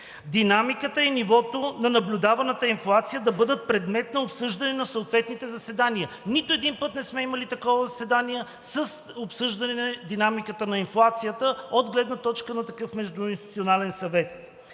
динамиката и нивото на наблюдаваната инфлация да бъдат предмет на обсъждане на съответните заседания. Нито един път не сме имали такова заседание с обсъждане на динамиката на инфлацията от гледна точка на такъв междуинституционален съвет.